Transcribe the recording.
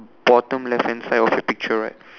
bottom left hand side of the picture right